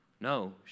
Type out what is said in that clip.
No